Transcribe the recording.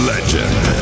Legend